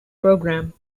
programme